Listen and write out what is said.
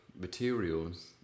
materials